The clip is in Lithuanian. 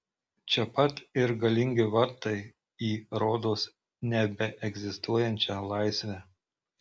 čia pat ir galingi vartai į rodos nebeegzistuojančią laisvę